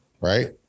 Right